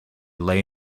lay